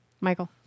Michael